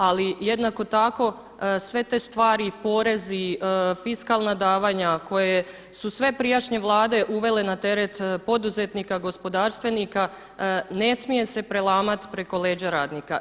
Ali jednako tako sve te stvari porezi, fiskalna davanja koje su sve prijašnje vlade uvele na teret poduzetnika, gospodarstvenika ne smije se prelamati preko leđa radnika.